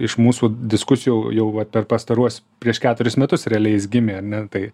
iš mūsų diskusijų jau jau vat per pastaruos prieš keturis metus realiai jis gimė ar ne tai